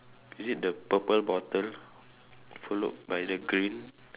is it the purple bottle followed by the green